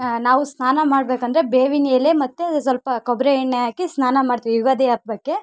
ನಾವು ಸ್ನಾನ ಮಾಡಬೇಕಂದ್ರೆ ಬೇವಿನ ಎಲೆ ಮತ್ತು ಸ್ವಲ್ಪ ಕೊಬ್ರಿ ಎಣ್ಣೆ ಹಾಕಿ ಸ್ನಾನ ಮಾಡ್ತೀವಿ ಯುಗಾದಿ ಹಬ್ಬಕ್ಕೆ